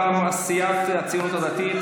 מטעם סיעת הציונות הדתית,